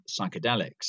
psychedelics